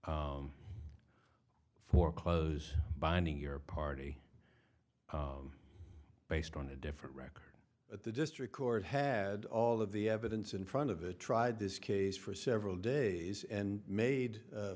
foreclose binding your party based on a different record at the district court had all of the evidence in front of the tried this case for several days and made